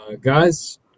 guys